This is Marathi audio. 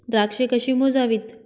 द्राक्षे कशी मोजावीत?